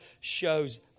shows